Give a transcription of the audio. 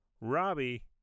Robbie